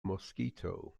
mosquito